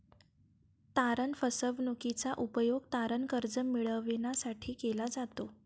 तारण फसवणूकीचा उपयोग तारण कर्ज मिळविण्यासाठी केला जातो